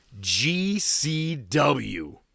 GCW